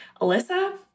Alyssa